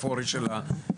כי נורא-נורא קשה לנו כרגע.